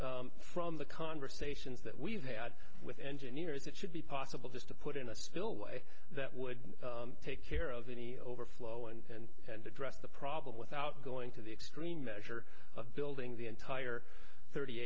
but from the conversations that we've had with engineers it should be possible just to put in a spillway that would take care of any overflow and and address the problem without going to the extreme measure of building the entire thirty